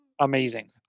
amazing